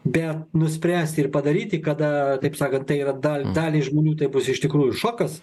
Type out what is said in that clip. bet nuspręsti ir padaryti kada taip sakant tai yra da daliai žmonių tai bus iš tikrųjų šokas